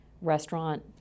restaurant